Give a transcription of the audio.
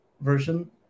version